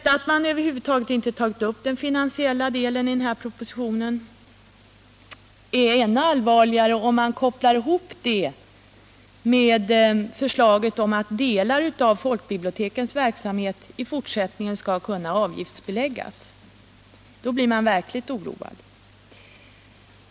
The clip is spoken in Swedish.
Att man över huvud taget inte tagit upp finansieringsfrågorna i propositionen blir ännu allvarligare om man kopplar samman detta med förslaget om att delar av folkbibliotekens verksamhet fortsättningsvis skall kunna avgiftsbeläggas. Då blir man verkligt oroad.